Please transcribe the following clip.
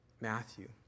Matthew